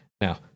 Now